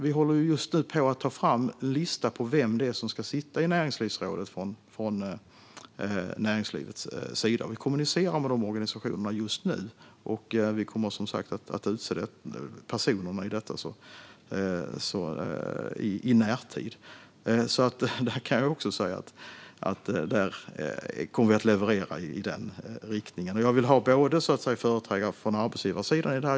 Vi håller just nu på att ta fram en lista på vilka som ska sitta i näringslivsrådet från näringslivets sida. Vi kommunicerar med de organisationerna just nu och kommer som sagt att utse personer i närtid, så där kan jag också säga att vi kommer att leverera. Jag vill ha företrädare från arbetsgivarsidan i det här.